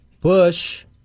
Bush